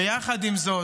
ויחד עם זאת,